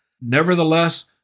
Nevertheless